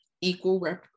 equal